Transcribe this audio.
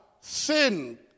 sin